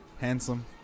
handsome